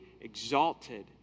exalted